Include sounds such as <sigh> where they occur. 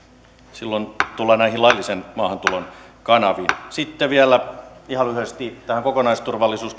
silloin tullaan näihin laillisen maahantulon kanaviin sitten vielä ihan lyhyesti tähän kokonaisturvallisuus <unintelligible>